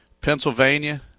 Pennsylvania